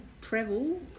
travel